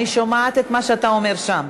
אני שומעת את מה שאתה אומר שם.